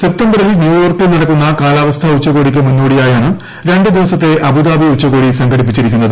സെപ്തംബറിൽ ന്യൂയോർക്കിൽ നടക്കുന്ന കാലാവസ്ഥാ ഉച്ചകോടിക്ക് മുന്നോടിയായാണ് രണ്ടു ദിവസത്തെ അബുദാബി ഉച്ചകോടി സംഘടിപ്പിച്ചിരിക്കുന്നത്